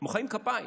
מוחאים כפיים